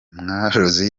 mworozi